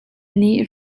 nih